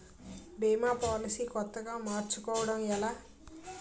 భీమా policy కొత్తగా మార్చుకోవడం ఎలా?